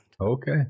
Okay